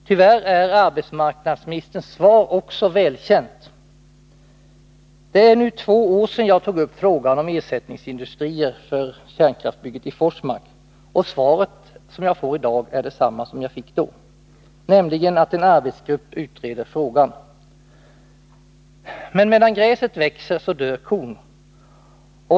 Tyvärr är arbetsmarknadsministerns svar också välkänt. Det är nu två år sedan jag tog upp frågan om ersättningsindustrier för kärnkraftsbygget i Forsmark, och svaret är detsamma i dag som då, nämligen att en arbetsgrupp utreder frågan. Men medan gräset växer dör kon.